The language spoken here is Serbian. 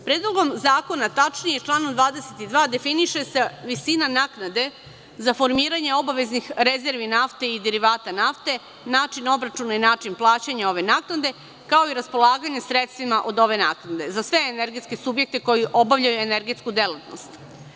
Predlogom zakona, tačnije članom 22, definiše se visina naknade za formiranje obaveznih rezervi nafte i derivata nafte, način obračuna, način plaćanja ove naknade, kao i raspolaganje sredstvima od ove naknade za sve energetske subjekte koji obavljaju energetsku delatnost.